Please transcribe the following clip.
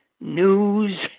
news